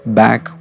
back